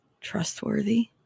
trustworthy